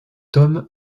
tome